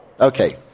okay